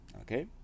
Okay